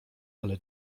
ale